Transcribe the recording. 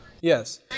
Yes